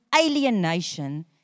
alienation